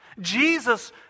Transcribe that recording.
Jesus